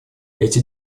эти